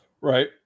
Right